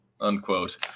unquote